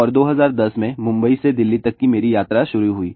और 2010 में मुंबई से दिल्ली तक की मेरी यात्रा शुरू हुई